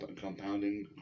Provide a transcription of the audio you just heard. compounding